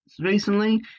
recently